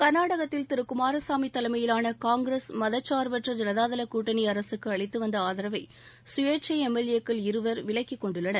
கர்நாடகத்தில் திரு குமாரசாமி தலைமையிலான காங்கிரஸ் மதசார்பற்ற ஜனதாதள கூட்டணி அரசுக்கு அளித்துவந்த ஆதரவை சுயேட்சை எம் எல் ஏ க்கள் இருவர் விலக்கிக் கொண்டுள்ளனர்